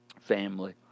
family